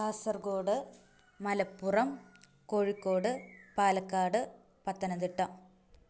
Kasaragod Malappuram Kozhikode Palakkad Pathanamthitta